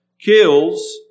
kills